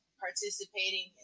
participating